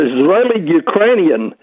Israeli-Ukrainian